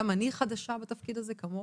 גם אני חדשה בתפקיד הזה, כמוך.